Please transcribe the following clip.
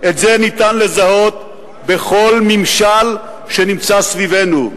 את זה ניתן לזהות בכל ממשל שנמצא סביבנו.